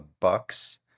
bucks